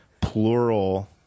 plural